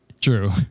True